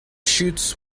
chutes